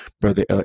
Brother